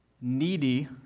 needy